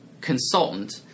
consultant